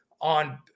on